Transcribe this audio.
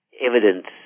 evidence